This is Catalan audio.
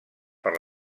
per